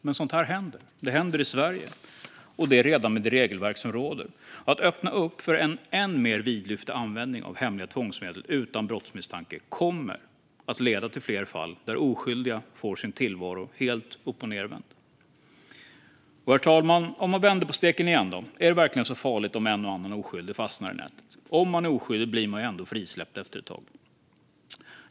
Men sådant händer, och det händer i Sverige, redan med det regelverk som råder. Att öppna upp för en än mer vidlyftig användning av hemliga tvångsmedel utan brottsmisstanke kommer att leda till fler fall där oskyldiga får sin tillvaro helt uppochnedvänd. Herr talman! Om man vänder på steken igen: Är det verkligen så farligt om en och annan oskyldig fastnar i nätet? Om man är oskyldig blir man ändå frisläppt efter ett tag.